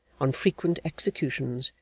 on frequent executions,